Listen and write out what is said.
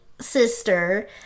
sister